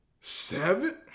seven